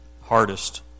hardest